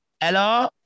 Hello